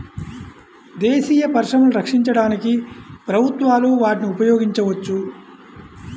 దేశీయ పరిశ్రమలను రక్షించడానికి ప్రభుత్వాలు వాటిని ఉపయోగించవచ్చు